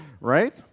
right